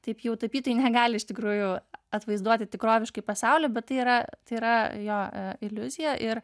taip jau tapytojai negali iš tikrųjų atvaizduoti tikroviškai pasaulį bet tai yra tai yra jo iliuzija ir